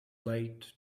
late